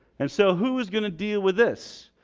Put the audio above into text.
and so who is gonna deal with this?